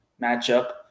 matchup